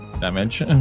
damage